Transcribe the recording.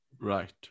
Right